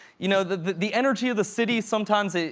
you know the the energy of the city sometimes, ah